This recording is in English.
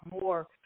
more